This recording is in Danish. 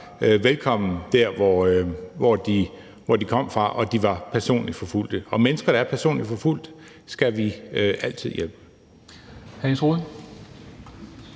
velkomne der, hvor de kom fra, og at de var personligt forfulgt. Og mennesker, der er personligt forfulgt, skal vi altid hjælpe.